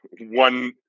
one